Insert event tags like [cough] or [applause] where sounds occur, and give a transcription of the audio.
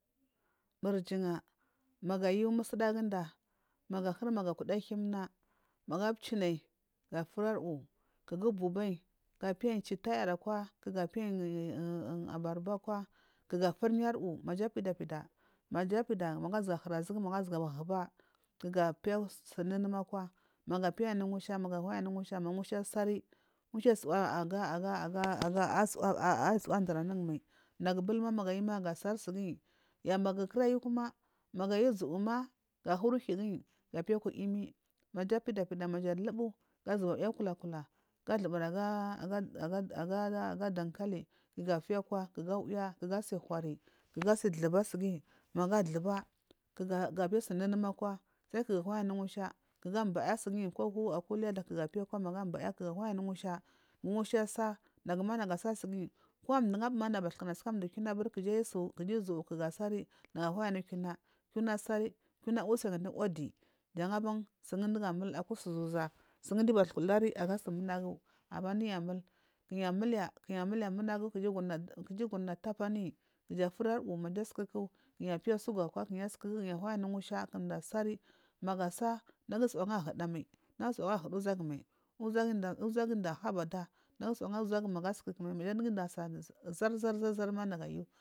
Burjinya magu ayu musu daga gundu magu apchuna magu ahiri mugu kura ahibina magu apdine gu baba gu afiri ari uwu ga piyanyi chitajari akuwa. Ha afiriyi ari uwa maju apida pida mayu azuwa hiri ga zuwa bin akuwa ga piya su nunum akuwa magu anayi anu ngusha ma ngusha asari aga aga aga asuwa anduru anugu mai nagu bul maya ayama ga sari suguyi. Maya ayima magu ayu uzuwuma. Ga piya mbula uyomi maja apida pida maja alubu aa hiyiri huyigiyi ga thuburi aya dankali ga faya kuwa guburi gu sai thuba magu athuba. Ga piya su nunum akuwa magu anayi anu ngusha ga amboya su guyi ja piya aku lida gu ahuyi anu ngusha ngusha asa. Naguma nagu asa suguyi ko ndu nga abuma nagu bathkanu kijisu kija uzu nagu anayi kiyuna. Kiyana adiri sugiyi sun dugu amul aku su zuzuwa sun giyu wari bathka ulari aga su manage abam dunayi amul ku nayi amuliya kija agura na tapu anuyi kuja afuri ari uwu ku nayi apiya sugur akuwa ku nayi anayi anu ngusha kunda asari magu asari nagu ayi suwa aga huda mai nagu ayi suwa aga huda uzuwaga mai. Azuga inda habada nayu ayi suwa aiya uzuwagu magu maya dugu inda sa zar zar [unintelligible]